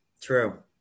True